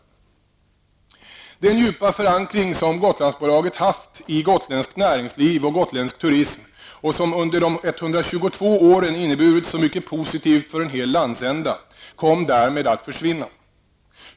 Den djupa förankring som Gotlandsbolaget haft i gotländskt näringsliv och gotländsk turism och som under de 122 åren inneburit så mycket positivt för en hel landsända kom därmed att försvinna.